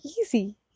easy